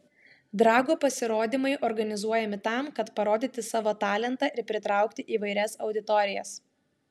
drago pasirodymai organizuojami tam kad parodyti savo talentą ir pritraukti įvairias auditorijas